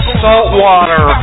saltwater